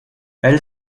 elle